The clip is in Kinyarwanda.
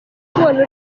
kukubona